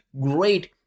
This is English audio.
great